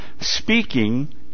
speaking